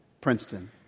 Princeton